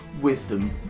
wisdom